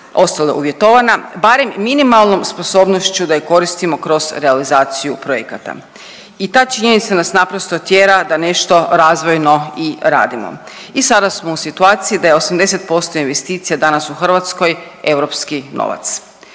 ostalo je uvjetovana, barem minimalnom sposobnošću da je koristimo kroz realizaciju projekata. I ta činjenica nas naprosto tjera da nešto razvojno i radimo i sada smo u situaciji da je 80% investicija danas u Hrvatskoj europski novac.